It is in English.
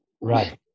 Right